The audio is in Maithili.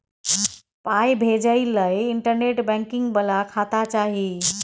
पाय भेजय लए इंटरनेट बैंकिंग बला खाता चाही